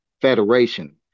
federation